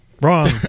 Wrong